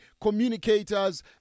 communicators